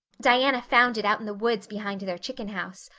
diana found it out in the woods behind their chicken house.